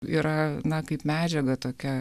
yra na kaip medžiaga tokia